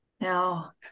now